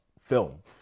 film